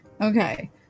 Okay